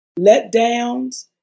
letdowns